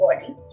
body